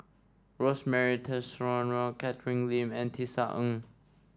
Rosemary Tessensohn Catherine Lim and Tisa Ng